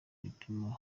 ibipimo